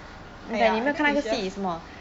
!aiya! this [one] is just